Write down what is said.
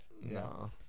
No